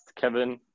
Kevin